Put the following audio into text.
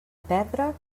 perdre